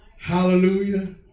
Hallelujah